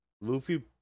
Luffy